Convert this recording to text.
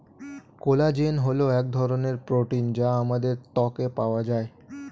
collagen হল এক ধরনের প্রোটিন যা আমাদের ত্বকে পাওয়া যায়